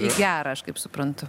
į gerą aš kaip suprantu